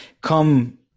come